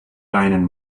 weinen